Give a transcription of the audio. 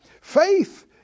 Faith